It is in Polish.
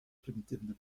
prymitywne